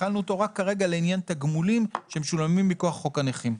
החלנו אותו רק כרגע לעניין תגמולים שמשולמים מכוח חוק הנכים.